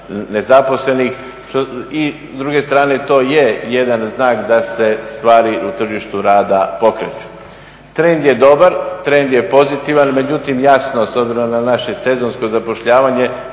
nezaposlenih i s druge strane to je jedan znak da se stari na tržištu rada pokreću. Trend je dobar, trend je pozitivan, međutim jasno s obzirom na naše sezonsko zapošljavanje